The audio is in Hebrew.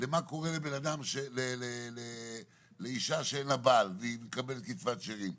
למה קורה לאישה שאין לה בעל והיא מקבלת קצבת שאירים.